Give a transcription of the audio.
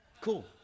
cool